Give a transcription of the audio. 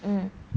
mm